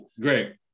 Great